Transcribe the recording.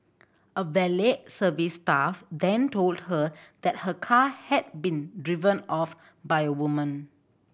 a valet service staff then told her that her car had been driven off by a woman